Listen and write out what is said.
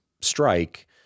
strike